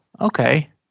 okay